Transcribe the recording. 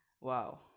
wow